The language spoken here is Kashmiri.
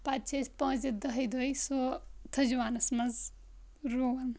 پتہٕ چھِ أسۍ پانٛژِ دہہِ دُہۍ سُہ تھٔج وانس منٛز رُوان